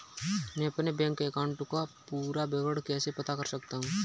मैं अपने bank account का पूरा विवरण कैसे पता कर सकता हूँ?